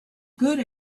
good